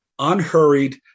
unhurried